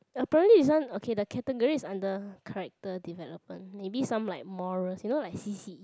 apparently this one okay the category is under character development maybe some like morals you know like C_C_E